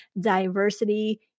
diversity